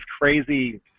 crazy